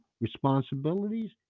responsibilities